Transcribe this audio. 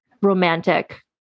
romantic